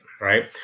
right